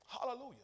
Hallelujah